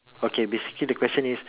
okay basically the question is